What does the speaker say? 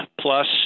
plus